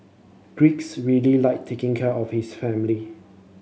Greece really like taking care of his family